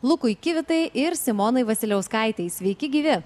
lukui kivitai ir simonai vasiliauskaitei sveiki gyvi